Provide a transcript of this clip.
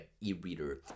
e-reader